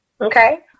Okay